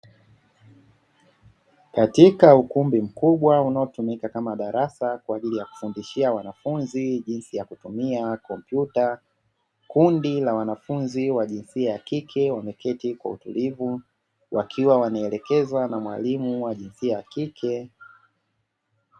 Katika ukumbi mkubwa unaotumika kama darasa kwa ajili ya kufundishia wanafunzi jinsi yakutumia kompyuta, kundi la wanafunzi wa jinsia ya kike wameketi kwa utulivu wakiwa wanaelekezwa na mwalimu wa jinsia ya kike.